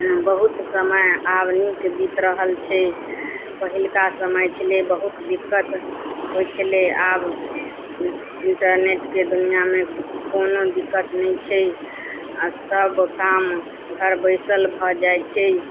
बहुत समय आब नीक बीत रहल छै पहिलुका समय छलै बहुत दिक्कत होइ छलै आब इन्टरनेटके दुनियामे कोनो दिक्कत नहि छै आ सब काम घर बैसल भऽ जाइ छै